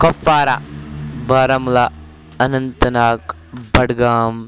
Kupwara Baramulla Anantnag Budgam